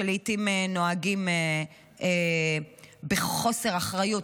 שלעיתים נוהגים בחוסר אחריות,